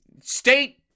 state